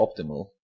optimal